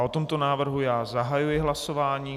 O tomto návrhu zahajuji hlasování.